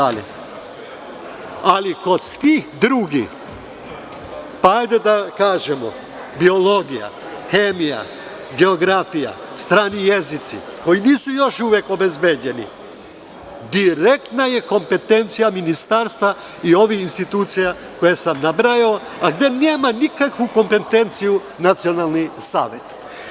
Ali, kod svih drugih, biologija, hemija, geografija, strani jezici koji nisu još uvek obezbeđeni, direktna je kompetencija Ministarstva i ovih institucija koje sam nabrojao, a gde nema nikakvu kompetenciju Nacionalni savet.